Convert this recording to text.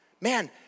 man